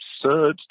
absurd